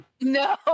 No